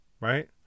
right